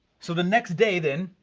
so, the next day, then,